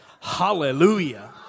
Hallelujah